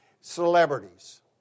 celebrities